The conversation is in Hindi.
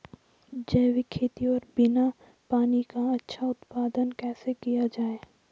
जैविक खेती और बिना पानी का अच्छा उत्पादन कैसे किया जाए?